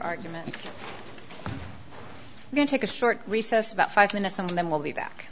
argument going take a short recess about five minutes and then we'll be back